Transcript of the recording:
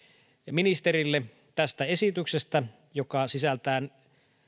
ministerille tästä esityksestä joka sisältää